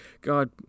God